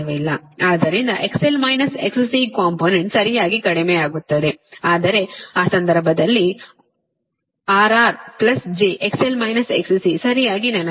ಆದ್ದರಿಂದ XL-XC component ಸರಿಯಾಗಿ ಕಡಿಮೆಯಾಗುತ್ತದೆ ಆದರೆ ಆ ಸಂದರ್ಭದಲ್ಲಿ ಆದರೆ R R j XL - XC ಸರಿಯಾಗಿ ನೆನಪಿಡಿ